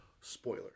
Spoiler